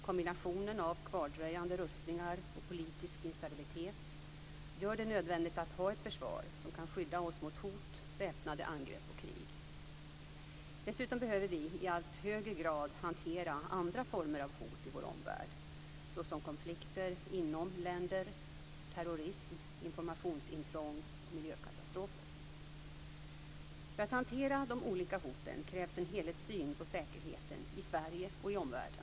Kombinationen av kvardröjande rustningar och politisk instabilitet gör det nödvändigt att ha ett försvar som kan skydda oss mot hot, väpnade angrepp och krig. Dessutom behöver vi i allt högre grad hantera andra former av hot i vår omvärld, såsom konflikter inom länder, terrorism, informationsintrång och miljökatastrofer. För att hantera de olika hoten krävs en helhetssyn på säkerheten i Sverige och i omvärlden.